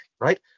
right